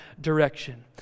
direction